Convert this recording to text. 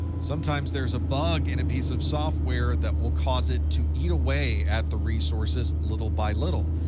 sometimes, there's a bug in a piece of software that will cause it to eat away at the resources little by little.